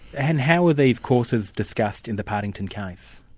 and how were these courses discussed in the partington case?